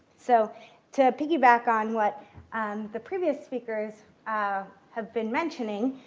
so to piggyback on what um the previous speakers ah have been mentioning,